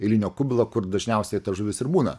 eilinio kubilo kur dažniausiai ta žuvis ir būna